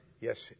Yes